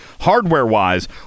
hardware-wise